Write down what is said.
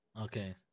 Okay